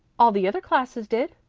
all the other classes did.